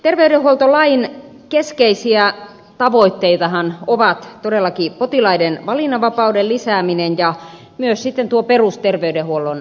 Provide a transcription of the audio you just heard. terveydenhuoltolain keskeisiä tavoitteitahan ovat todellakin potilaiden valinnanvapauden lisääminen ja myös sitten perusterveydenhuollon vahvistaminen